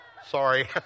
Sorry